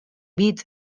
beach